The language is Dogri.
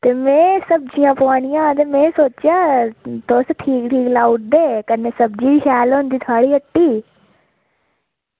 ते में सब्जियां पुआनियां ते में सोचेआ तुस ठीक ठीक लाई ओड़दे कन्नै सब्ज़ी शैल होंदी थुआढ़ी हट्टी